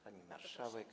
Pani Marszałek!